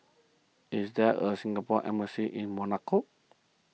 is there a Singapore Embassy in Monaco